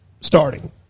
starting